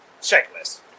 checklist